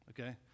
okay